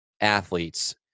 athletes